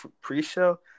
pre-show